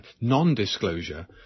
non-disclosure